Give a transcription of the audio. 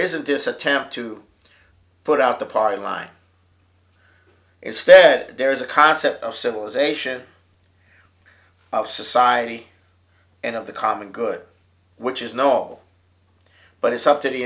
isn't this attempt to put out the party line instead there is a concept of civilization of society and of the common good which is no but it's up to the